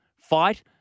fight